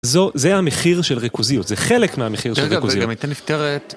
זו זה המחיר של ריכוזיות, זה חלק מהמחיר של ריכוזיות.